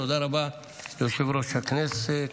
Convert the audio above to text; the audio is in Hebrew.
תודה רבה, יושב-ראש הישיבה.